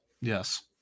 yes